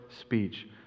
speech